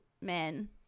men